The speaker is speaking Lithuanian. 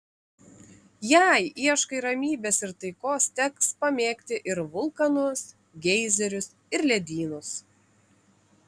jei ieškai ramybės ir taikos teks pamėgti ir vulkanus geizerius ir ledynus